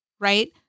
right